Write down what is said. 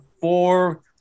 four